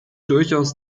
durchaus